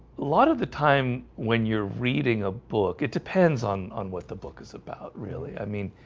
lot of the time when you're reading a book. it depends on on what the book is about. really? i mean